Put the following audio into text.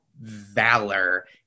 valor